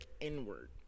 inward